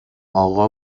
اقا